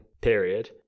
period